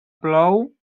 plou